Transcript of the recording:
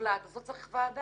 מוחלט אז לא צריך ועדה.